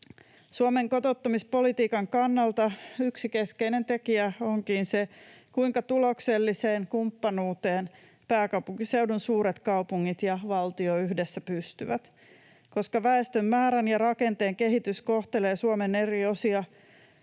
Suomen kotouttamispolitiikan kannalta yksi keskeinen tekijä onkin se, kuinka tulokselliseen kumppanuuteen pääkaupunkiseudun suuret kaupungit ja valtio yhdessä pystyvät. Koska väestön määrän ja rakenteen kehitys kohtelee Suomen eri osia